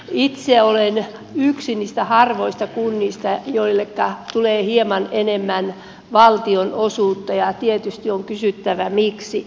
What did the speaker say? itse olen yhdestä niistä harvoista kunnista joille tulee hieman enemmän valtionosuutta ja tietysti on kysyttävä miksi